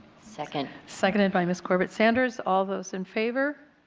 second. seconded by mrs. corbett sanders. all those in favor.